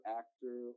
actor